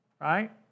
right